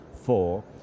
four